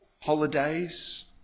holidays